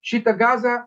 šitą gazą